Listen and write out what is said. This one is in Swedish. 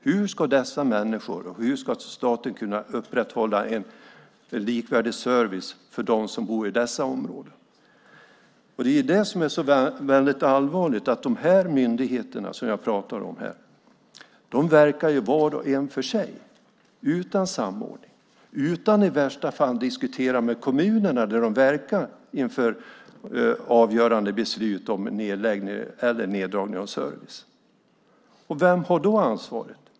Hur ska staten då kunna upprätthålla en likvärdig service för dem som bor i dessa områden? Det som är väldigt allvarligt är att de myndigheter jag pratar om här verkar var och en för sig, utan samordning och i värsta fall utan att diskutera avgörande beslut om nedläggning eller neddragning av service med kommunerna där de verkar. Vem har då ansvaret?